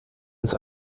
uns